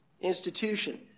institution